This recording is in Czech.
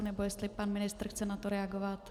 Nebo jestli pan ministr chce na to reagovat?